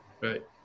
Right